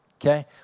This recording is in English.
Okay